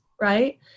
right